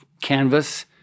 canvas